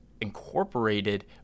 Incorporated